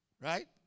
Right